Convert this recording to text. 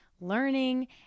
learning